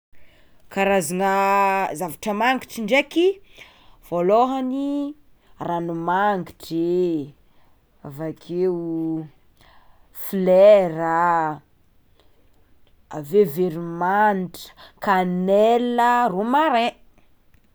Karazagna zavatra mangitry ndraiky, voalohany ragnomangitry, avakeo flera, aveo veromanitra, kanela, romarin.